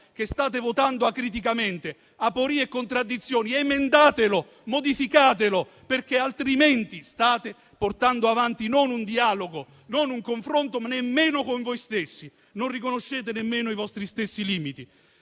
che state votando acriticamente aporie e contraddizioni, emendatelo e modificatelo, altrimenti state portando avanti non un dialogo, non un confronto, nemmeno con voi stessi; non riconoscete nemmeno i vostri stessi limiti.